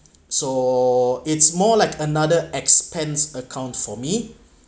so it's more like another expense account for me